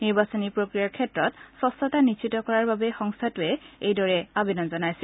নিৰ্বাচনী প্ৰক্ৰিয়াৰ ক্ষেত্ৰত স্বচ্ছতা নিশ্চিত কৰাৰ অৰ্থে সংস্থাটোৱে এইদৰে আবেদন জনাইছিল